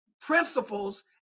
principles